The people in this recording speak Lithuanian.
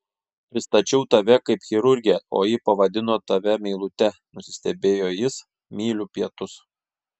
pristačiau tave kaip chirurgę o ji pavadino tave meilute nusistebėjo jis myliu pietus